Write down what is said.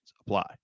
apply